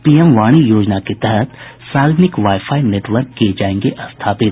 P एम वाणी योजना के तहत सार्वजनिक वाई फाई नेटवर्क किये जायेंगे स्थापित